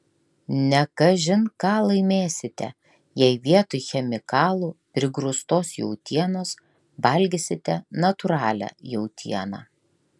ne kažin ką laimėsite jei vietoj chemikalų prigrūstos jautienos valgysite natūralią jautieną